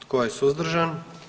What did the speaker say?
Tko je suzdržan?